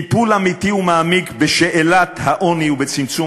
טיפול אמיתי ומעמיק בשאלת העוני ובצמצום